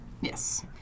Yes